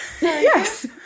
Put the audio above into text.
Yes